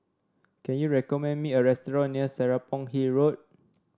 can you recommend me a restaurant near Serapong Hill Road